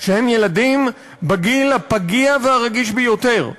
שהם ילדים בגיל הפגיע והרגיש ביותר,